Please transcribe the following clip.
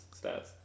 stats